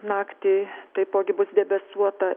naktį taipogi bus debesuota